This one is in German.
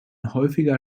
häufiger